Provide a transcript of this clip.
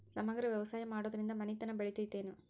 ಸಮಗ್ರ ವ್ಯವಸಾಯ ಮಾಡುದ್ರಿಂದ ಮನಿತನ ಬೇಳಿತೈತೇನು?